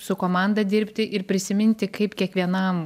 su komanda dirbti ir prisiminti kaip kiekvienam